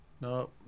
No